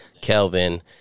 Kelvin